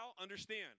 understand